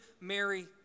Mary